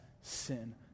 sin